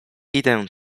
idę